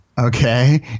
Okay